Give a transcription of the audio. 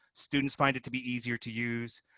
students find it to be easier to use.